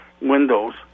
Windows